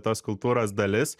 tos kultūros dalis